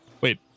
Wait